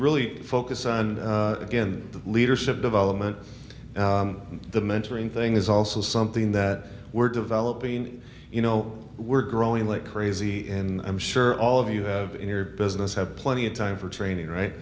really focus on again the leadership development the mentoring thing is also something that we're developing you know we're growing like crazy in i'm sure all of you have in your business have plenty of time for training right